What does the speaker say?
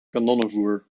kanonnenvoer